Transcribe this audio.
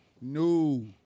No